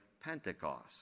Pentecost